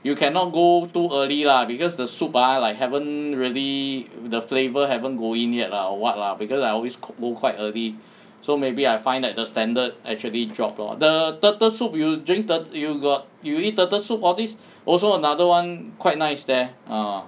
you cannot go too early lah because the soup ah like haven't really mm the flavour haven't go in yet lah or what lah because I always coo~ go quite early so maybe I find that the standard actually dropped lor the turtle soup you drink turt~ you got you eat turtle soup all these also another one quite nice there ah